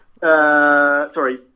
sorry